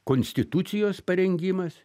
konstitucijos parengimas